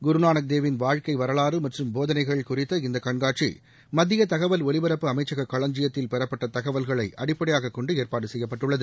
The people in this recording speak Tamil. குருநாள் தேவிள் வாழ்க்கை வரலாறு மற்றும் போதனைகள் குறித்த இந்த கண்காட்சி மத்திய தகவல் ஒலிபரப்பு அமைச்சக களஞ்சியத்தில் பெறப்பட்ட தகவல்களை அடிப்படையாக கொண்டு ஏற்பாடு செய்யப்பட்டுள்ளது